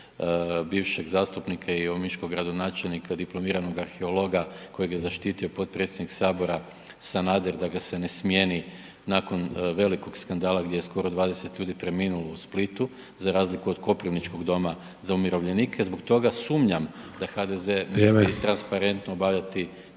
bivšeg zastupnika i omiškog gradonačelnika dipl. arheologa koji je zaštitio potpredsjednik Sabora Sanader da ga se ne smjeni nakon velikog skandala gdje je skoro 20 ljudi preminulo u Splitu, za razliku od koprivničkog doma za umirovljenike, zbog toga sumnjam da HDZ misli transparentno obavljati